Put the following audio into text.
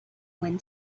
wind